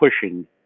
pushing